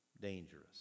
dangerous